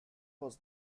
was